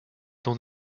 dont